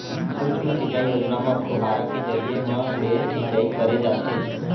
सुक्ष्म सिंचई योजना म फुहारा के जरिए म ले सिंचई करे जाथे